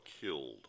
killed